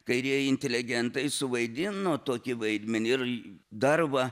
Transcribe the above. kairieji inteligentai suvaidino tokį vaidmenį ir dar va